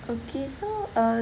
okay so uh